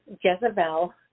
Jezebel